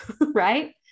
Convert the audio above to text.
right